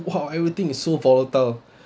!wow! everything is so volatile